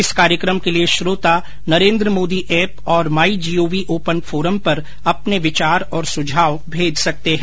इस कार्यक्रम के लिए श्रोता नरेन्द्र मोदी ऐप और माई जीओवी ओपन फोरम पर अपने विचार और सुझाव भेज सकते हैं